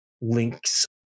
link's